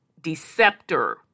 deceptor